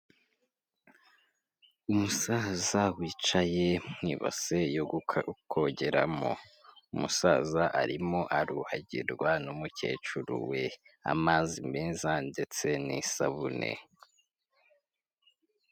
Umusaza wicaye m'ibase yo kogeramo umusaza arimo aruhagirwa n'umukecuru we amazi meza ndetse n'isabune.